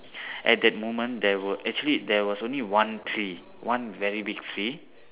at that moment there were actually there was only one tree one very big tree